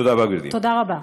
תודה רבה.